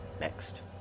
next